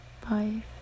five